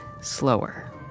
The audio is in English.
slower